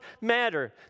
matter